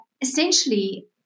essentially